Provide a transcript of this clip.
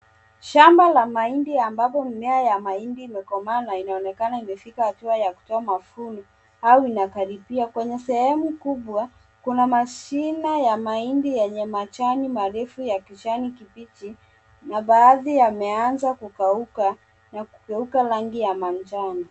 Shamba la mahindi ambapo mimea ya mahindi imekomaa na inaonekana imefika hatua ya kutoa mafundo au imekaribia. Kwenye sehemu kubwa kuna mashina ya mahindi yenye majani marefu ya kijani kibichi na baadhi yameanza kukauka na kugeuka rangi ya manjano.